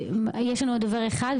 נתניה זה אזור שלם.